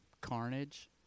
Carnage